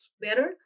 better